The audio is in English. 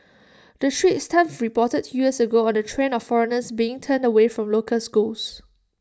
the straits times reported two years ago on the trend of foreigners bring turned away from local schools